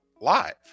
live